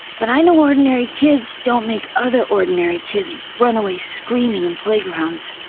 but i know ordinary kids don't make other ordinary kids run away screaming in playgrounds.